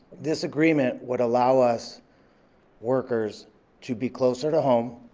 this agreement would allow us workers to be closer to home,